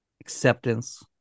acceptance